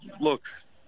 looks